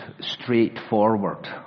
straightforward